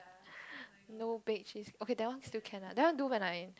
no bake cheese okay that one still can ah that one do when I